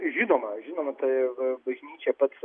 žinoma žinoma tai bažnyčia pats